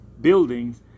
buildings